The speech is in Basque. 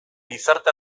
gizarte